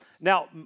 now